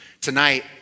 Tonight